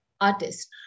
artist